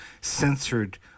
censored